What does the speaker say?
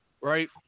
right